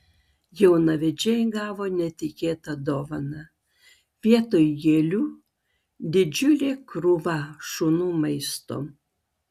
jaunavedžiai gavo netikėtą dovaną vietoj gėlių didžiulė krūva šunų maisto